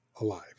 alive